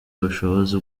ubushobozi